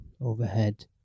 overhead